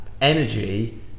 energy